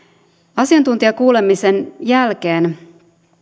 asiantuntijakuulemisen jälkeen